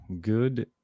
Good